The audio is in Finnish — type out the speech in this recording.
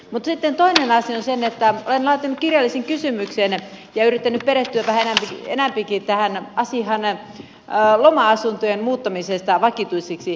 sitten toinen asia on olen laatinut kirjallisen kysymyksen ja yrittänyt perehtyä vähän enempikin tähän asiaan loma asuntojen muuttaminen vakituisiksi asunnoiksi